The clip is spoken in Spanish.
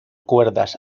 cuerdas